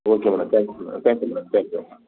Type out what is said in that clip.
okay madam thank you madam thank you madam thank you madam